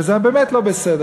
וזה באמת לא בסדר,